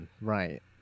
right